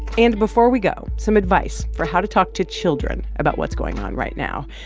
and before we go, some advice for how to talk to children about what's going on right now.